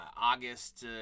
August